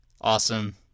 Awesome